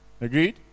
Agreed